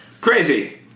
crazy